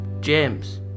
James